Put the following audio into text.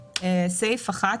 5(א)(1)".